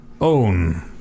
own